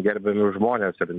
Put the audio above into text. gerbiami žmonės ir